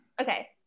Okay